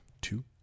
Two